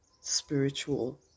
spiritual